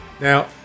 Now